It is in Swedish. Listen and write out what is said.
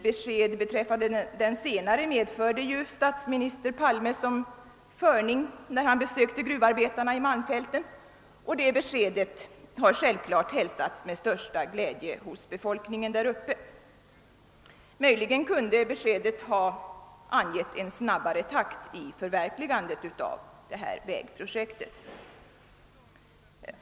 Besked beträffande den senare medförde ju statsminister Palme som »förning» när han besökte gruvarbetarna i malmfälten, och det beskedet har självfallet hälsats med största glädje hos befolkningen där uppe. Möjligen kunde beskedet ha angett en snabbare takt i förverkligandet av detta vägprojekt.